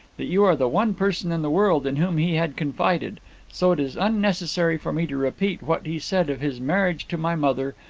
that you are the one person in the world in whom he had confided so it is unnecessary for me to repeat what he said of his marriage to my mother,